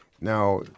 Now